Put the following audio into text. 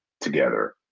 together